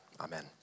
Amen